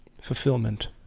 Fulfillment